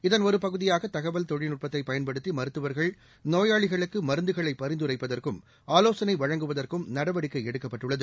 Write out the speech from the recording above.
இதன் ஒரு பகுதியாக தகவல் தொழில்நுட்பத்தை பயன்படுத்தி மருத்துவர்கள் நோயாளிகளுக்கு மருந்துகளை பரிந்துரைப்பதற்கும் ஆலோசனை வழங்குவதற்கும் நடவடிக்கை எடுக்கப்பட்டுள்ளது